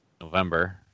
November